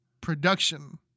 production